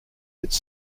its